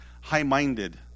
high-minded